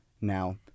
now